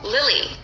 Lily